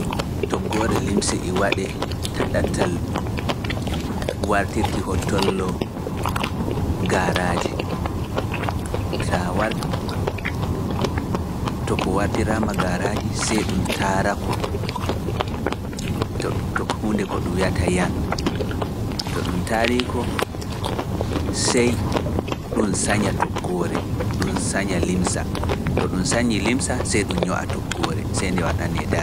Mit ɗum waatata nder Hambooga kam, e ɗum heɓa ɗum ta ɗatal namugo taƴoñ, taƴoñ koñ ɗum taƴi, koñ ɗum ŋappiti, ŋappitoñ taƴoñ, ɗum nama koñ, ɗum naminama koñ, ɗum naminamina koñ, so see koñ ngarta bo sonndi, koñ ngarta ŋabboñ ŋabboñ, see koñ ngaɗee to nder Hambooga ɗum.